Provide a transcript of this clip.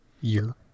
Year